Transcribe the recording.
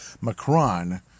Macron